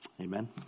Amen